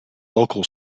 local